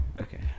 Okay